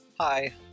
Hi